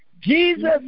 Jesus